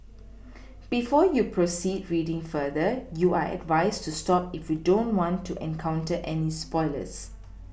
before you proceed reading further you are advised to stop if you don't want to encounter any spoilers